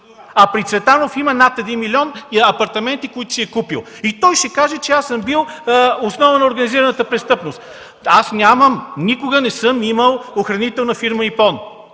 А при Цветанов има над 1 милион и апартаменти, които си е купил, и той ще каже, че аз съм бил основа на организираната престъпност. Аз нямам, никога не съм имал охранителна фирма „Ипон”.